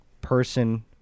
person